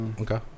Okay